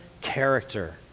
character